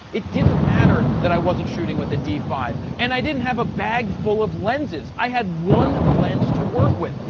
it didn't matter that i wasn't shooting with a d five and i didn't have a bag full of lenses. i had one lens to work with.